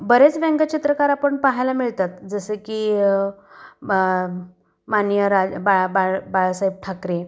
बरेच व्यंगचित्रकार आपण पाहायला मिळतात जसे की मा माननीय राज बा बाळ बाळासाहेब ठाकरे